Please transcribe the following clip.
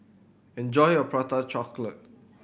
enjoy your Prata Chocolate